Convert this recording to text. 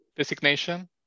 designation